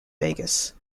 vegas